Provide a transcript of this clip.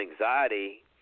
anxiety